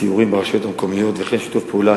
סיורים ברשויות המקומיות וכן שיתוף פעולה